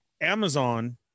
Amazon